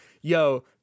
yo